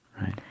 Right